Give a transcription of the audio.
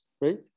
right